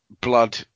Blood